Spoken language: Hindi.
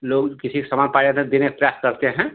लोग किसी का सामान पाया में देने का प्रयास करते हैं